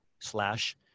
slash